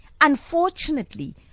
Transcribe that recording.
unfortunately